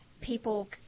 People